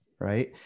Right